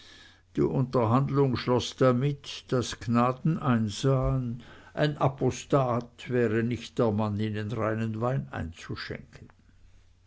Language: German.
die unterhandlung schloß damit daß gnaden einsahen ein apostat wäre nicht der mann ihnen reinen wein einzuschenken